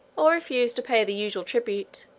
or refuse to pay the usual tribute,